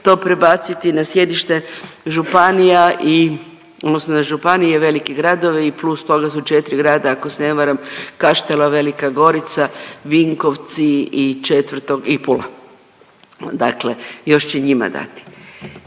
županija i odnosno na županije i velike gradove i plus toga su 4 grada ako se ne varam, Kaštela, Velika Gorica, Vinkovci i četvrtog i Pula. Dakle, još će njima dati.